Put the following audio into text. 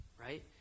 right